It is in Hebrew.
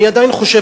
אני עדיין חושב,